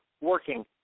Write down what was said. working